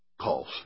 calls